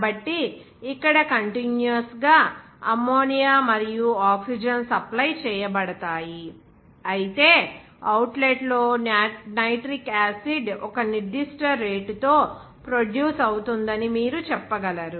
కాబట్టి ఇక్కడ కంటిన్యూయస్ గా అమ్మోనియా మరియు ఆక్సిజన్ సప్లై చేయబడతాయి అయితే అవుట్లెట్లో నైట్రిక్ యాసిడ్ ఒక నిర్దిష్ట రేటుతో ప్రొడ్యూస్ అవుతుందని మీరు చెప్పగలరు